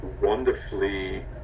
wonderfully